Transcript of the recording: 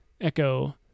echo